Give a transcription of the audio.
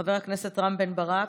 חבר הכנסת רם בן ברק,